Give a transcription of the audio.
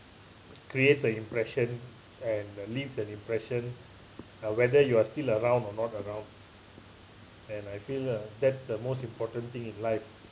create the impression and leave the impression uh whether you are still around or not around and I feel uh that's the most important thing in life